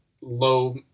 low